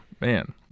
man